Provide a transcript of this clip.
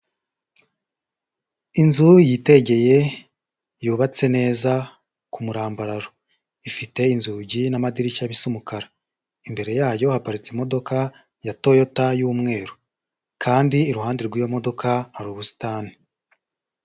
Inzu yitegeye yubatse neza ku murambararo, ifite inzugi n'amadirishya bisa umukara, imbere yayo haparitse imodoka ya Toyota y'umweru, kandi iruhande rw'iyo modoka hari ubusitani.